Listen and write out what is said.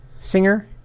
singer